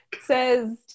says